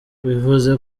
bivuze